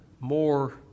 more